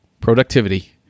Productivity